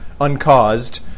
uncaused